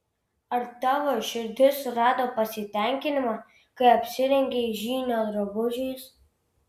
ar tavo širdis surado pasitenkinimą kai apsirengei žynio drabužiais